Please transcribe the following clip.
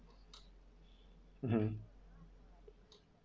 mmhmm